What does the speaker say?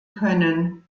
können